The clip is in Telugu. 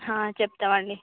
చెప్తామండి